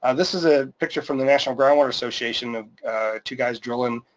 and this is a picture from the national groundwater association of two guys drilling,